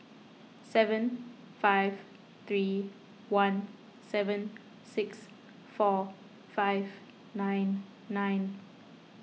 seven five three one seven six four five nine nine